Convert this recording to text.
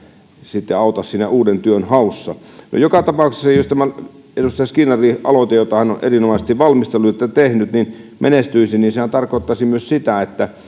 sitten auta siinä uuden työn haussa joka tapauksessa jos tämä edustaja skinnarin aloite jota hän on erinomaisesti valmistellut ja tehnyt menestyisi sehän tarkoittaisi myös sitä että